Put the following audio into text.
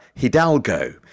Hidalgo